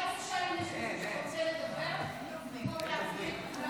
אולי תשאל אם יש מישהו שרוצה לדבר במקום להקריא את כולם?